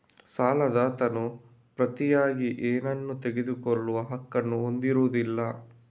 ಸಾಲದಾತನು ಪ್ರತಿಯಾಗಿ ಏನನ್ನೂ ತೆಗೆದುಕೊಳ್ಳುವ ಹಕ್ಕನ್ನು ಹೊಂದಿರುವುದಿಲ್ಲ